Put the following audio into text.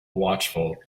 watchful